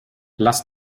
lass